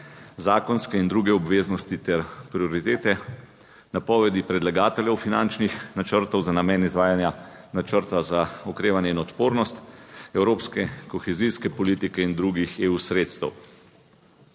zakonske in druge obveznosti ter prioritete, napovedi predlagateljev finančnih načrtov za namen izvajanja načrta za okrevanje in odpornost evropske kohezijske politike in drugih EU sredstev.